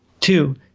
Two